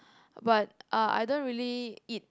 but uh I don't really eat